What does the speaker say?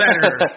better